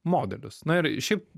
modelius na ir šiaip